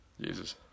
Jesus